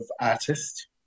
artists